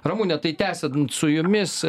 ramune tai tęsiant su jumis